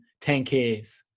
10Ks